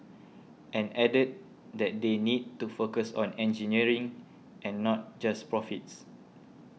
and added that they need to focus on engineering and not just profits